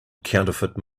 counterfeit